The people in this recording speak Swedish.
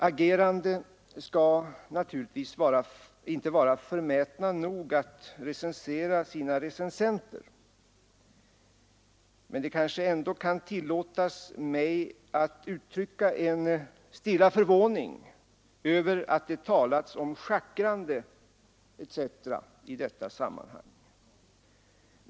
Agerande skall naturligtvis inte vara förmätna nog att recensera sina recensenter, men det kanske ändå kan tillåtas mig att uttrycka en stilla förvåning över att det talas om ”schackrande” etc. i detta sammanhang.